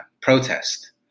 protest